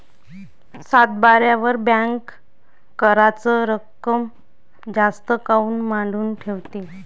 सातबाऱ्यावर बँक कराच रक्कम जास्त काऊन मांडून ठेवते?